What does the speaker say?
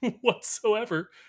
whatsoever